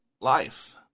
life